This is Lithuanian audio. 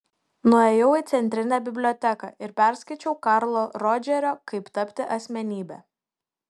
nuėjau į centrinę biblioteką ir perskaičiau karlo rodžerio kaip tapti asmenybe